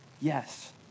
yes